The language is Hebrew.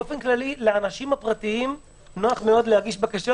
באופן כללי, לאנשים הפרטיים נוח מאוד להגיש בקשות.